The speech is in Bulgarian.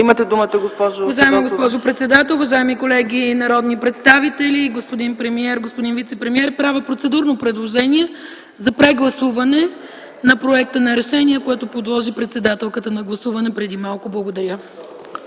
ИСКРА ФИДОСОВА (ГЕРБ): Уважаема госпожо председател, уважаеми колеги народни представители, господин премиер, господин вицепремиер! Правя процедурно предложение за прегласуване на Проекта на решение, което подложи председателката на гласуване преди малко. Благодаря.